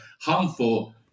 harmful